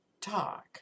talk